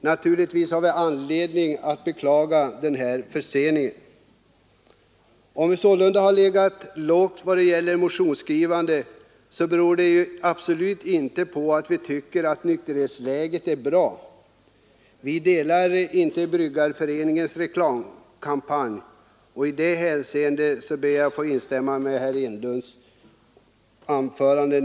Naturligtvis har vi anledning att beklaga denna försening. Om vi sålunda har legat lågt när det gäller motionsskrivande, beror detta absolut inte på att vi tycker att nykterhetsläget är bra. Vi delar inte Bryggareföreningens påståenden i dess reklamkampanj — i det hänseendet ber jag att få instämma med herr Enlund.